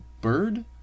bird